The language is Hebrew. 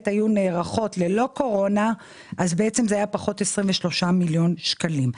היו נערכות ללא קורונה זה היה פחות 23 מיליון שקלים.